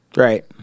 Right